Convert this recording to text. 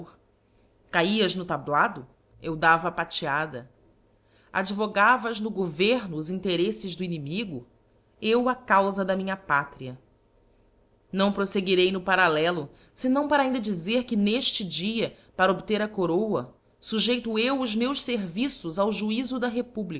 caías no tablado eu dava pateada advogavas no governo os intereífes do inimigo eu a cauía da minha pátria não profeguirei no parallelo feriâo para ainda dizer que n'eíie dia para obter a coroa fujeito eu os meus ferviços ao juizo da